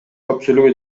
көпчүлүгү